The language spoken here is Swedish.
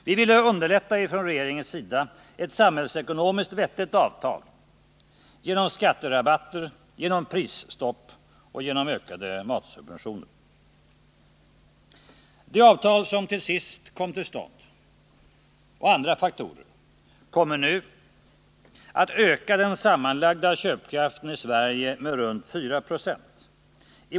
Vi ville från regeringens sida underlätta ett samhällsekonomiskt vettigt avtal genom skatterabatter, genom prisstopp och genom ökade matsubventioner. Det avtal som till sist kom till stånd och andra faktorer kommer nu att öka den sammanlagda köpkraften i Sverige med runt 4 96.